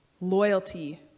loyalty